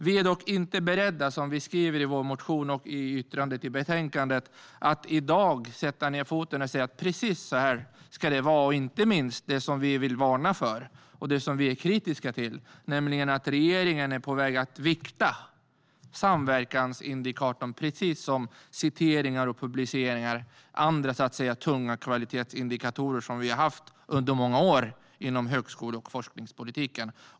Vi är dock inte beredda, som vi har skrivit i vår motion och i vårt yttrande i betänkandet, att i dag sätta ned foten och säga att precis så ska det vara. Inte minst vill vi varna för, och är kritiska mot, att regeringen är på väg att vikta samverkansindikatorn precis som citeringar och publiceringar - andra tunga kvalitetsindikatorer som har funnits många år inom högskole och forskningspolitiken.